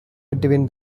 between